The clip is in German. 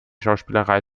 schauspielerei